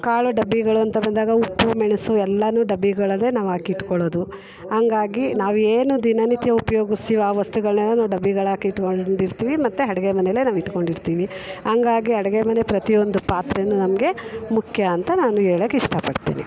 ಕಾಳು ಡಬ್ಬಿಗಳು ಅಂತ ಬಂದಾಗ ಉಪ್ಪು ಮೆಣಸು ಎಲ್ಲಾನು ಡಬ್ಬಿಗಳಲ್ಲೇ ನಾವು ಹಾಕಿಟ್ಕೊಳೋದು ಹಂಗಾಗಿ ನಾವೇನು ದಿನನಿತ್ಯ ಉಪ್ಯೋಗಿಸ್ತೀವೊ ಆ ವಸ್ತುಗಳನ್ನೆಲ್ಲ ನಾವು ಡಬ್ಬಿಗಳಾಕಿ ಇಟ್ಕೊಂಡಿರ್ತೀವಿ ಮತ್ತು ಅಡಿಗೆ ಮನೇಲೆ ನಾವು ಇಟ್ಕೊಂಡಿರ್ತೀವಿ ಹಂಗಾಗಿ ಅಡುಗೆ ಮನೆ ಪ್ರತಿಯೊಂದು ಪಾತ್ರೆನು ನಮಗೆ ಮುಖ್ಯ ಅಂತ ನಾನು ಹೇಳಕ್ ಇಷ್ಟ ಪಡ್ತೀನಿ